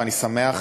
ואני שמח,